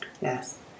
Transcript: Yes